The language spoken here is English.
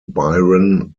byron